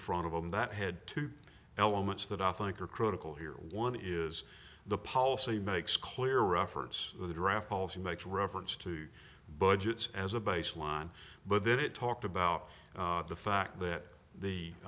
in front of them that had two elements that i think are critical here one is the policy makes clear reference to the draft policy makes reference to budgets as a baseline but then it talked about the fact that